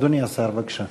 אדוני השר, בבקשה.